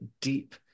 deep